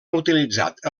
utilitzat